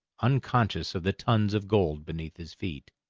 unconscious of the tons of gold beneath his feet.